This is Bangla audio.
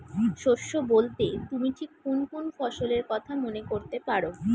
শস্য বোলতে তুমি ঠিক কুন কুন ফসলের কথা মনে করতে পার?